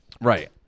right